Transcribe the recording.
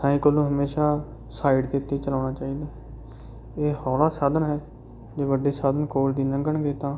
cycle ਨੂੰ ਹਮੇਸ਼ਾ side ਦੇ ਉੱਤੇ ਹੀ ਚਲਾਉਣਾ ਚਾਹੀਦਾ ਹੈ ਇਹ ਹੌਲਾ ਸਾਧਨ ਹੈ ਜੇ ਵੱਡੇ ਸਾਧਨ ਕੋਲ ਦੀ ਲੰਘਣਗੇ ਤਾਂ